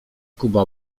kuba